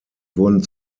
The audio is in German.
wurden